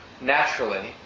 naturally